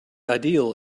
ideal